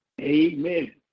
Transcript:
Amen